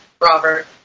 Robert